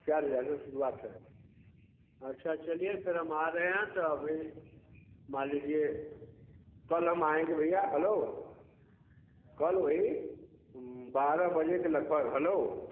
चार हज़ार से शुरुआत है अच्छा चलिए फिर हम आ रहे हैं तो अभी मान लीजिए कल हम आएँगे भैया हलो कल वही बारह बजे के लगभग हलो